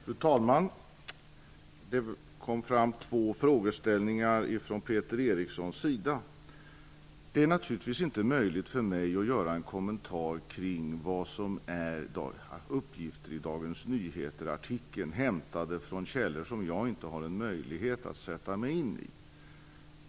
Fru talman! Det kom fram två frågeställningar från Peter Eriksson. Det är naturligtvis inte möjligt för mig att göra en kommentar kring uppgifter i artikeln i Dagens Nyheter som är hämtade från källor som jag inte har haft möjlighet att sätta mig in i.